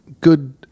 good